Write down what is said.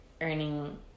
earning